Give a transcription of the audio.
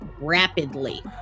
rapidly